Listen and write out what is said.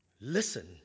Listen